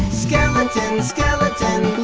skeleton, skeleton